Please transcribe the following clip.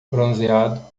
bronzeado